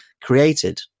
created